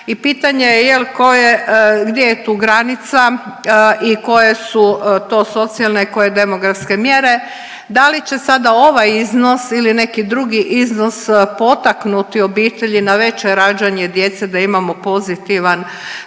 i pitanje je jel koje gdje je tu granica i koje su to socijalne, koje demografske mjere, da li će sada ovaj iznos ili neki drugi iznos potaknuti obitelji na veće rađanje djece da imamo pozitivan prirodni